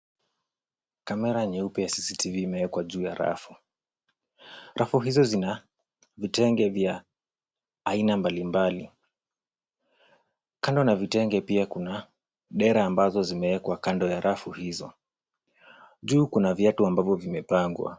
Kamera nyeupe ya cctv imewekwa juu ya rafu. Rafu hizo zina vitenge vya aina mbalimbali. Kando na vitenge pia kuna dera ambazo zimeekwa kando ya rafu hizo .Juu kuna viatu ambavyo vimepangwa.